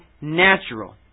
natural